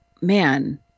man